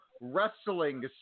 Wrestling